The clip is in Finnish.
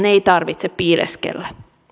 ei tarvitse piileskellä